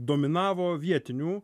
dominavo vietinių